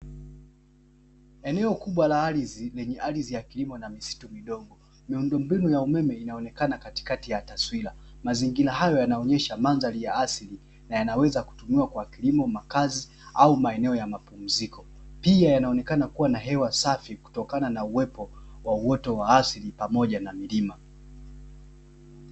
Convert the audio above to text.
Eneo kubwa la ardhi, lenye ardhi ya kilimo na misitu midogo. Miundo mbinu ya umeme inaonekana katikati ya taswira, mazingira hayo yanaonyesha mandhari ya asili na yanaweza kutumiwa kwa kilimo, makazi au maeneo ya mapumziko. Pia yanaonekana kuwa na hewa safi, kutokana na uwepo wa uoto wa asili pamoja na milima.